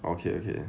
okay okay